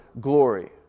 glory